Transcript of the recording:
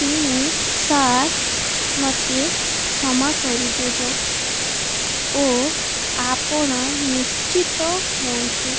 ତେଣୁ ସାର୍ ମୋତେ କ୍ଷମା କରିଦେବ ଓ ଆପଣ ନିଶ୍ଚିତ ହୁଅନ୍ତୁ